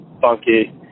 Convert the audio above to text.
funky